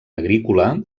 agrícola